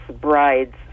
bride's